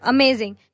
Amazing